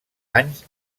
anys